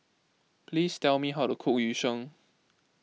please tell me how to cook Yu Sheng